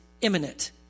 imminent